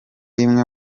imwe